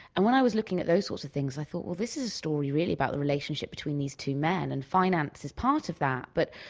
and when i was looking at those sorts of things, i thought, well, this is a story really about the relationship these two men. and finance is part of that, but,